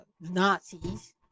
Nazis